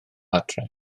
adre